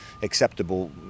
acceptable